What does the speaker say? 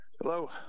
Hello